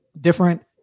different